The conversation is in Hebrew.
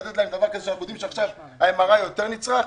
לתת להם דבר כזה כשאנחנו יודעים שה-MRI יותר נצרך עכשיו?